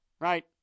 right